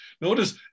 Notice